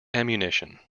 ammunition